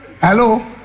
Hello